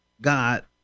God